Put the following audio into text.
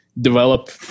develop